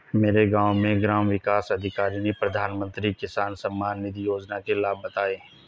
मेरे गांव में ग्राम विकास अधिकारी ने प्रधानमंत्री किसान सम्मान निधि योजना के लाभ बताएं